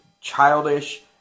childish